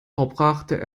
verbrachte